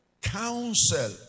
counsel